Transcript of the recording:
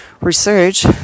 research